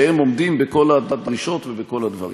שהם עומדים בכל הדרישות ובכל הדברים.